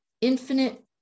infinite